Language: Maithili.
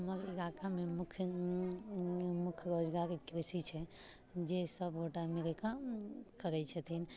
हमर इलाकामे मुख्य मुख्य रोजगार कृषि छै जे सभगोटा मिलकऽ करैत छथिन